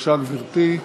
גברתי.